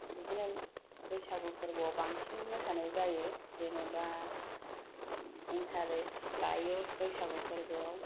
बिदिनो बैसागु फोरबोआव बांसिन मोसानाय जायो जेनेबा इन्तारेस्त लायो बैसागु फोरबोआव